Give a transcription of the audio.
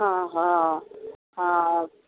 ହଁ ହଁ ହଁ